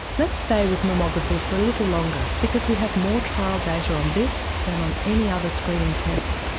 let's stay with mammography for a little longer, because we have more trial data on this than on any other screening test.